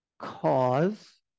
Cause